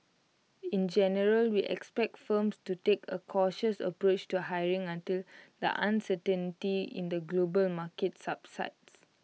in general we expect firms to take A cautious approach to hiring until the uncertainty in the global market subsides